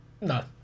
No